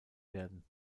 werden